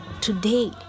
Today